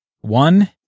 one